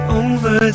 over